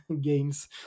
games